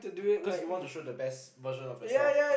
cause you want to show the best version of yourself